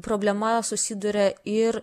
problema susiduria ir